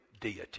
deity